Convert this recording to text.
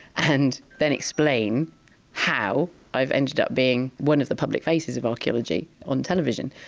and then explain how i've ended up being one of the public faces of archaeology on television.